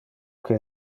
que